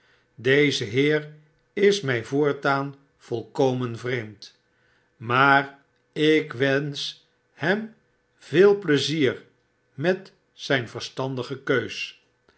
deze heer is my voortaan volkomen vreemd maar ik wensch hem veelpleizier met zyn verstandige keus